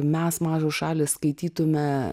mes mažos šalys skaitytume